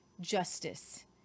justice